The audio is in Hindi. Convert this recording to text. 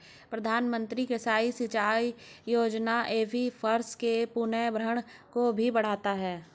प्रधानमंत्री कृषि सिंचाई योजना एक्वीफर्स के पुनर्भरण को भी बढ़ाता है